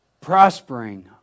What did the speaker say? Prospering